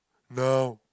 now